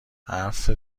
حرف